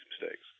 mistakes